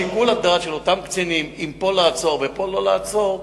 שיקול הדעת של אותם קצינים אם פה לעצור ופה לא לעצור,